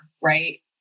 right